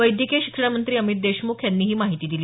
वैद्यकीय शिक्षण मंत्री अमित देशमुख यांनी ही माहिती दिली